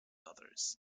others